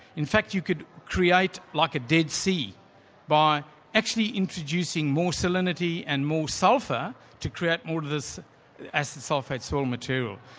in fact you could create like a dead sea by actually introducing more salinity and more sulphur to create more of this acid sulphate soil material.